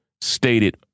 stated